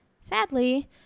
sadly